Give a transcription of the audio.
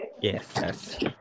Yes